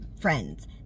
friends